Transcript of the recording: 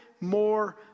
more